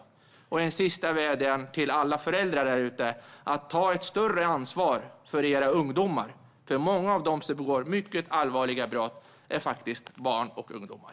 Jag har även en sista vädjan till alla föräldrar där ute: Ta ett större ansvar för era ungdomar, för många av dem som begår mycket allvarliga brott är faktiskt barn och ungdomar!